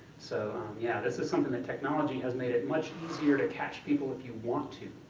so yeah this is something that technology has made it much easier to catch people if you want to.